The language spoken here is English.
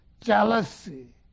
jealousy